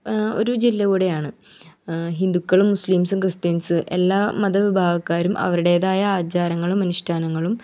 ഒരു ജില്ല കൂടിയാണ് ഹിന്ദുക്കളും മുസ്ലിംസ്സും ക്രിസ്ത്യൻസ്സ് എല്ലാ മതവിഭാഗക്കാരും അവരുടേതായ ആചാരങ്ങളും അനുഷ്ഠാനങ്ങളും